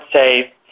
say